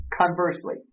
Conversely